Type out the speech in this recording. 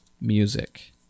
music